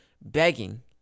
begging